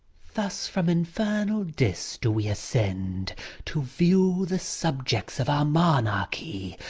thus from infernal dis do we ascend to view the subjects of our monarchy,